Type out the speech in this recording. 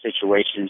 situations